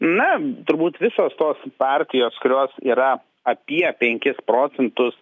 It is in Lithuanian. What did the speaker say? na turbūt visos tos partijos kurios yra apie penkis procentus